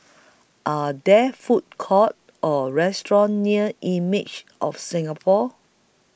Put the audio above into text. Are There Food Courts Or restaurants near Images of Singapore